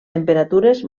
temperatures